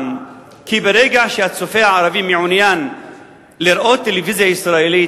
יש לציין גם כי ברגע שהצופה הערבי מעוניין לראות טלוויזיה ישראלית